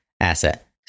asset